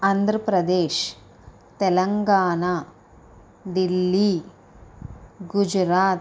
Andhra Pradesh Telangana Delhi Gujarat